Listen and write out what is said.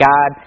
God